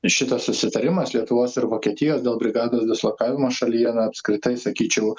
šitas susitarimas lietuvos ir vokietijos dėl brigados dislokavimo šalyje na apskritai sakyčiau